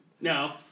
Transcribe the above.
No